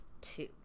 two